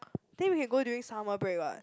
then we can go during summer break what